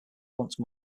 once